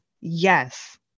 yes